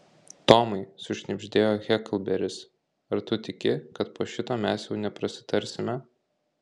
tomai sušnibždėjo heklberis ar tu tiki kad po šito mes jau neprasitarsime